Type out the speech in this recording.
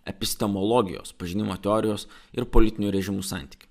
epistemologijos pažinimo teorijos ir politinių režimų santykį